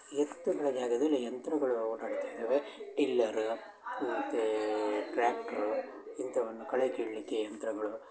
ಎತ್ತುಗಳ ಜಾಗದಲ್ಲಿ ಯಂತ್ರಗಳು ಓಡಾಡ್ತಾ ಇದ್ದಾವೆ ಟಿಲ್ಲರ್ ಮತ್ತೆ ಟ್ರ್ಯಾಕ್ಟ್ರು ಇಂಥವನ್ನು ಕಳೆ ಕೀಳಲಿಕ್ಕೆ ಯಂತ್ರಗಳು